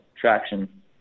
traction